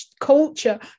culture